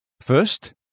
First